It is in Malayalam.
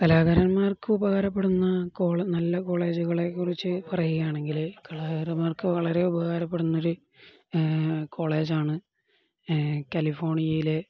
കലാകാരന്മാർക്ക് ഉപകാരപ്പെടുന്ന നല്ല കോളേജുകളെക്കുറിച്ചു പറയുകയാണെങ്കില് കലാകാരന്മാർക്കു വളരെ ഉപകാരപ്പെടുന്നൊരു കോളേജാണ് കാലിഫോർണിയയിലെ